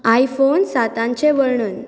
I phone साताचें वर्णन